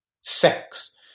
sex